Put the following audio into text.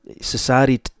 society